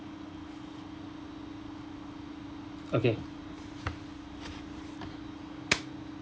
okay